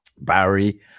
Barry